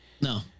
No